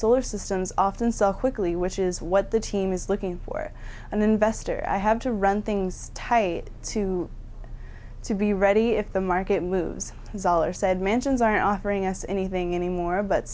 solar systems often sell quickly which is what the team is looking for an investor i have to run things tight to to be ready if the market moves zoller said mansions aren't offering us anything anymore but